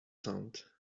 sound